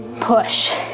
push